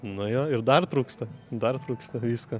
nuo jo ir dar trūksta dar trūksta visko